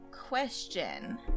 question